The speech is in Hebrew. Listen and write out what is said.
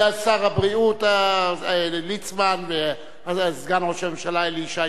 ולשר הבריאות ליצמן ולסגן ראש הממשלה אלי ישי,